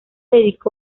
dedicó